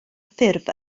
ffurf